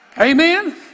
Amen